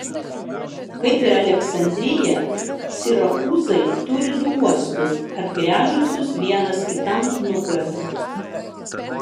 kaip ir aleksandrija sirakūzai turi du uostus atgręžusius vienas kitam nugaras